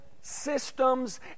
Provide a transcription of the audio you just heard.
systems